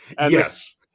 Yes